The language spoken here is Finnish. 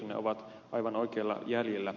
tiusanen ovat aivan oikeilla jäljillä